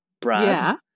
Brad